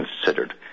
Considered